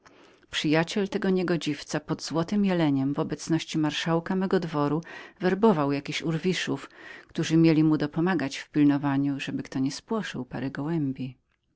przyjaciel tego niegodziwca pod złotym jeleniem w obecności marszałka mego dworu werbował jakichś urwiszów którzy mieli mu dopomagać w pilnowaniu ażeby kto nie spłoszył pary gołębi